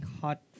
hot